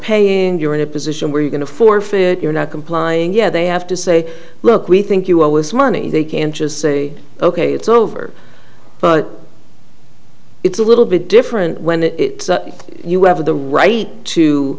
paying you're in a position where you're going to forfeit you're not complying yet they have to say look we think you always money they can just say ok it's over but it's a little bit different when you have the right to